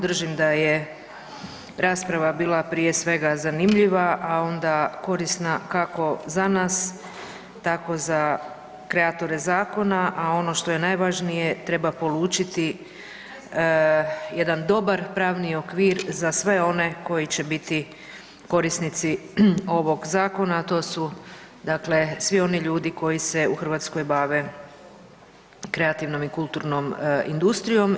Držim da je rasprava bila prije svega zanimljiva, a onda korisna kako za nas tako za kreatore zakona, a ono što je najvažnije treba polučiti jedan dobar pravni okvir za sve one koji će biti korisnici ovog zakona, a to su svi oni ljudi koji se u Hrvatskoj bave kreativnom i kulturnom industrijom.